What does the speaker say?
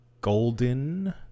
golden